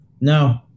No